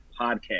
Podcast